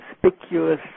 conspicuous